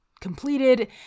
completed